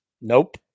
nope